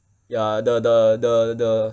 ya the the the the